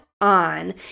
on